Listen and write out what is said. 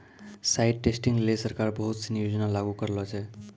site testing लेलि सरकार बहुत सिनी योजना लागू करलें छै